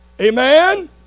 amen